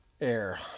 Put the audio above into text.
air